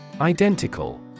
Identical